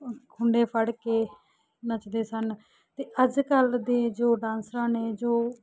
ਖੁੰਡੇ ਫੜ ਕੇ ਨੱਚਦੇ ਸਨ ਅਤੇ ਅੱਜ ਕੱਲ੍ਹ ਦੇ ਜੋ ਡਾਂਸਰਾਂ ਨੇ ਜੋ